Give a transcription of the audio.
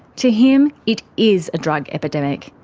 to him it is a drug epidemic,